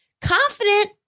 confident